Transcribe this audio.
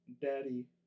daddy